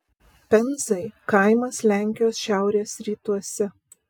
penzai kaimas lenkijos šiaurės rytuose